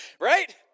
Right